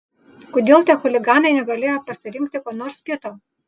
kodėl tie chuliganai negalėjo pasirinkti ko nors kito